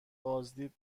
بازدید